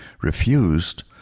refused